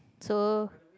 so